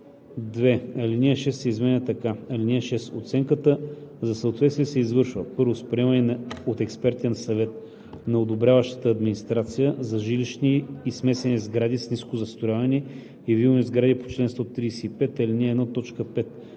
2. Алинея 6 се изменя така: „(6) Оценката за съответствие се извършва: 1. с приемане от експертен съвет на одобряващата администрация – за жилищни и смесени сгради с ниско застрояване и вилни сгради по чл. 137, ал. 1,